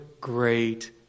great